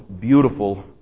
beautiful